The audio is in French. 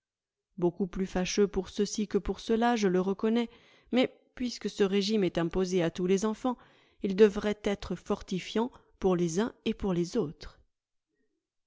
baaucoup plus fâcheux pour ceux-ci que pour ceux-là je le reconnais mais puisque ce régime est imposé à tous les enfants il devrait être fortifiant pour les uns et pour les autres